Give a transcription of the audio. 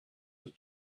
the